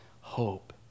hope